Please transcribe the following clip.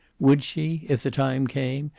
would she, if the time came,